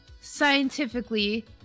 scientifically